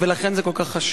ולכן זה כל כך חשוב.